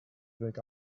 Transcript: think